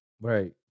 Right